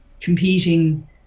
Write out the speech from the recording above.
competing